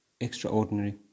extraordinary